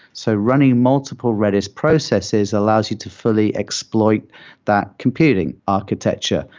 so running multiple redis processes allows you to fully exploit that computing architecture.